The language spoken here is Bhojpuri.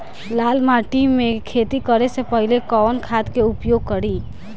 लाल माटी में खेती करे से पहिले कवन खाद के उपयोग करीं?